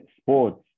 sports